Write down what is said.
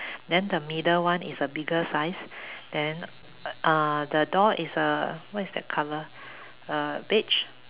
then the middle one is the bigger size then uh the door is uh what is that color err beige